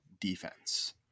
defense